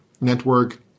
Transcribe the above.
Network